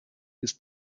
ist